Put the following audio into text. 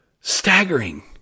staggering